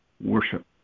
worship